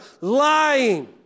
lying